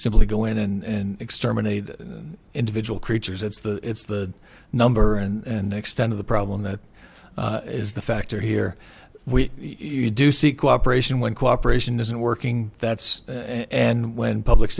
simply go in and exterminate individual creatures that's the it's the number and extent of the problem that is the factor here we you do see cooperation when cooperation isn't working that's and when public